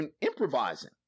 improvising